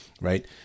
right